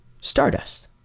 stardust